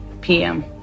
PM